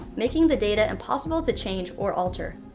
making the data impossible to change or alter.